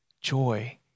joy